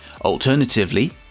Alternatively